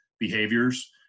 behaviors